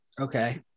Okay